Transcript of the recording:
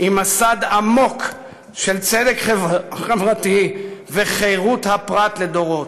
עם מסד עמוק של צדק חברתי וחירות הפרט לדורות.